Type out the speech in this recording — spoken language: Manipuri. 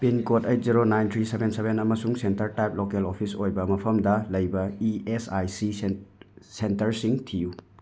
pin code eight zero nine three seven seven ꯑꯃꯁꯨꯡ ꯁꯦꯟꯇꯔ ꯇꯥꯏꯞ ꯂꯣꯀꯦꯜ ꯑꯣꯐꯤꯁ ꯑꯣꯏꯕ ꯃꯐꯝꯗ ꯂꯩꯕ ꯏ ꯑꯦꯁ ꯑꯥꯏ ꯁꯤ ꯁꯦꯟꯇꯔꯁꯤꯡ ꯊꯤꯌꯨ